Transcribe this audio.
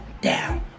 down